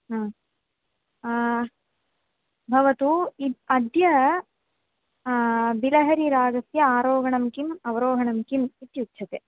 भवतु इद् अद्य बिलहरिरागस्य आरोहणं किम् अवरोहणं किम् इत्युच्यते